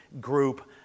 group